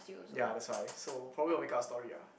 ya that's why so probably will make up a story ah